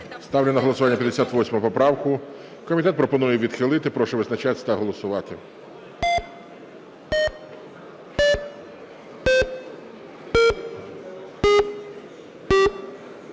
Ставлю на голосування 58 поправку. Комітет пропонує відхилити. Прошу визначатися та голосувати.